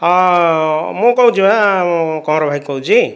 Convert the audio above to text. ହଁ ମୁଁ କହୁଛି ହଁ କଅଁର ଭାଇ କହୁଛି